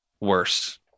worse